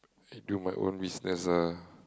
I do my own business ah